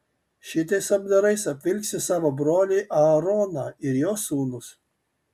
šitais apdarais apvilksi savo brolį aaroną ir jo sūnus